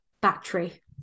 battery